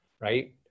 right